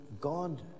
God